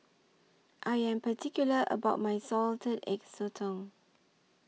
I Am particular about My Salted Egg Sotong